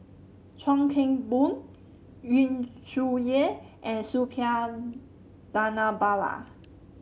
Chuan Keng Boon Yu Zhuye and Suppiah Dhanabalan